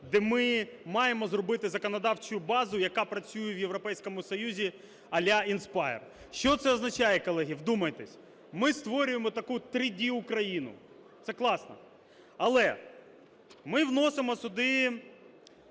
де ми маємо зробити законодавчу базу, яка працює в Європейському Союзі а-ля Inspire. Що це означає, колеги, вдумайтесь. Ми створюємо таку 3D Україну. Це класно. Але ми вносимо сюди